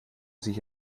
sich